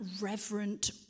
reverent